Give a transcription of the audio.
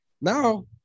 now